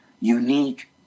unique